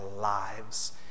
lives